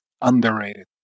underrated